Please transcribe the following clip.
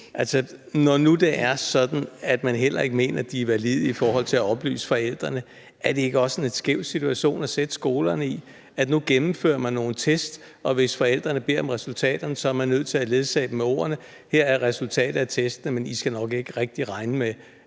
Når nu det er sådan, at man heller ikke mener, at de er valide i forhold til at oplyse forældrene, er det så ikke også en skæv situation at sætte skolerne i, at nu gennemfører man nogle test, og hvis forældrene beder om resultaterne, er man nødt til at ledsage dem med ordene: Her er resultatet af testene, men I skal nok ikke rigtig regne med,